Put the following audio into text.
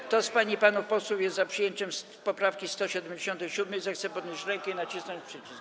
Kto z pań i panów posłów jest za przyjęciem poprawki 177., zechce podnieść rękę i nacisnąć przycisk.